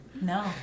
no